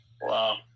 Wow